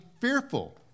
fearful